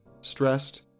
stressed